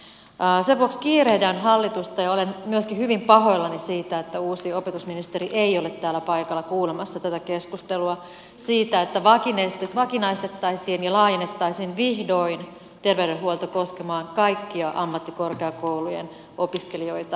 sen vuoksi kiirehdän hallitusta ja olen myöskin hyvin pahoillani siitä että uusi opetusministeri ei ole täällä paikalla kuulemassa tätä keskustelua siitä että vakinaistettaisiin ja laajennettaisiin vihdoin terveydenhuolto koskemaan kaikkia ammattikorkeakoulujen opiskelijoita